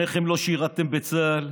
שניכם לא שירתם בצה"ל,